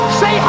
say